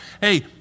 Hey